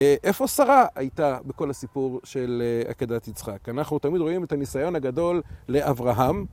איפה שרה הייתה בכל הסיפור של עקדת יצחק? אנחנו תמיד רואים את הניסיון הגדול לאברהם.